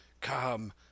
Come